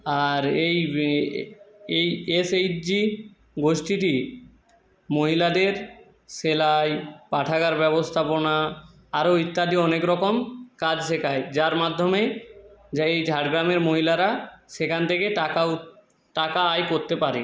আর এই এই এসএইচজি গোষ্ঠীটি মহিলাদের সেলাই পাঠাগার ব্যবস্থাপনা আরও ইত্যাদি অনেক রকম কাজ শেখায় যার মাধ্যমে যা এই ঝাড়গ্রামের মহিলারা সেখান থেকে টাকা উৎ টাকা আয় করতে পারে